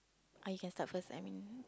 I can start first I mean